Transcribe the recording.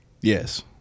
Yes